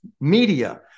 media